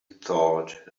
thought